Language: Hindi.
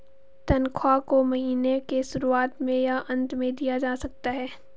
तन्ख्वाह को महीने के शुरुआत में या अन्त में दिया जा सकता है